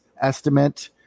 estimate